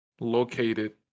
located